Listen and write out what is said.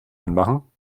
anmachen